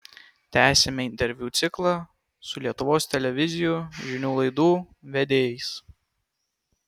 tęsiame interviu ciklą su lietuvos televizijų žinių laidų vedėjais